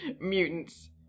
mutants